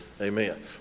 Amen